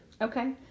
Okay